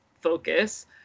focus